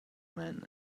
men